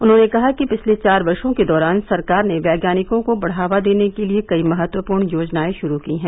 उन्होंने कहा कि पिछले चार वर्शो के दौरान सरकार ने वैज्ञानिकों को बढ़ावा देने के लिए कई महत्वपूर्ण योजनाएं षुरू की है